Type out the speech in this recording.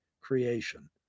Creation